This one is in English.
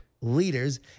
leaders